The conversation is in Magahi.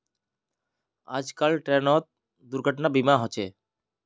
आजकल ट्रेनतो दुर्घटना बीमा होचे